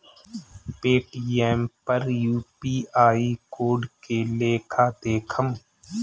Paytm पर UPI code के लेखा देखम?